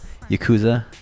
Yakuza